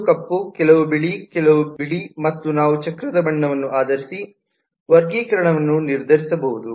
ಕೆಲವು ಕಪ್ಪು ಕೆಲವು ಬಿಳಿ ಕೆಲವು ಬಿಳಿ ಮತ್ತು ನಾವು ಚಕ್ರದ ಬಣ್ಣವನ್ನು ಆಧರಿಸಿ ವರ್ಗೀಕರಣವನ್ನು ನಿರ್ಧರಿಸಬಹುದು